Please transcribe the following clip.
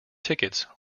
tickets